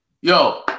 yo